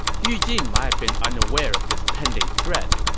yu jin might have been unaware of this pending threat,